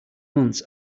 months